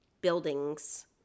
buildings